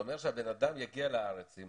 זה אומר שהבן אדם יגיע לארץ עם